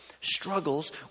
struggles